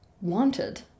wanted